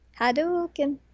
Hadouken